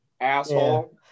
Asshole